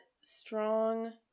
strong